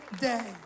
day